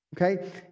Okay